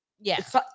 Yes